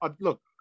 Look